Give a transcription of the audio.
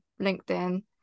LinkedIn